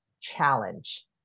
challenge